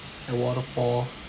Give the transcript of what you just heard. like waterfall